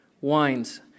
wines